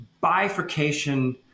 bifurcation